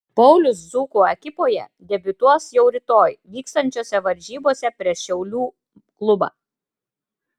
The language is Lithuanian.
paulius dzūkų ekipoje debiutuos jau rytoj vyksiančiose varžybose prieš šiaulių klubą